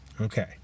Okay